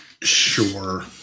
Sure